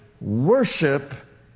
worship